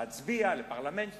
להצביע לפרלמנט וכדומה.